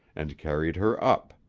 and carried her up.